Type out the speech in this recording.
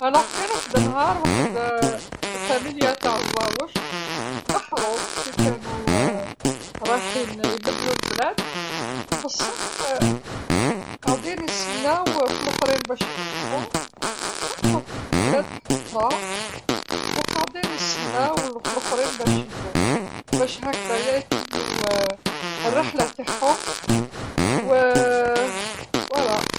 إذن كان وحد النهار وحد الفاميليا تاع زواوش، تبحرو كي كانو رايحين يبدلو البلاد، بصح قاعدين يسناو في لخرين باش يلحقو، حبطو فوحد البلاد وحدخرا وقاعدين يسناو الل- اللخرين باش يجو، باش هكدايا يكملو الرحله تاعهم، و، هكذا.